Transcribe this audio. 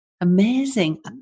amazing